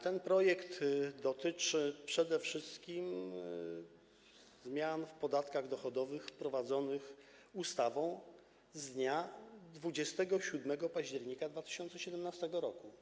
Ten projekt dotyczy przede wszystkim zmian w podatkach dochodowych wprowadzonych ustawą z dnia 27 października 2017 r.